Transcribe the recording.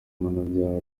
mpanabyaha